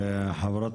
חברת